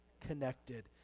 connected